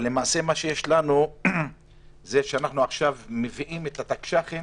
אבל למעשה אנחנו מביאים את התקש"חים